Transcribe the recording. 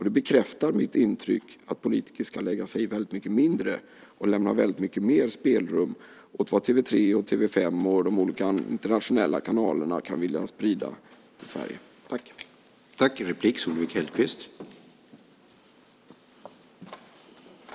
Det bekräftar mitt intryck att politiker ska lägga sig i väldigt mycket mindre och lämna väldigt mycket mer spelrum åt vad TV 3, TV 5 och de olika internationella kanalerna kan vilja sprida till Sverige.